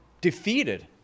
defeated